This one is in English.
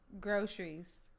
Groceries